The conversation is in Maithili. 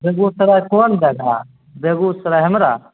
बेगूओसराय कोन जगह बेगूसराय हेमरा